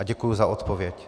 Děkuji za odpověď.